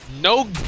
No